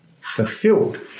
fulfilled